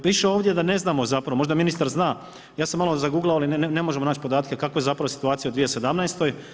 Piše ovdje da ne znamo zapravo, možda ministar zna, ja sam malo zaguglao, ali ne možemo podatke kakva je zapravo situacija u 2017.